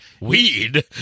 weed